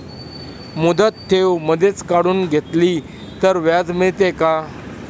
मुदत ठेव मधेच काढून घेतली तर व्याज मिळते का?